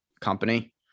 company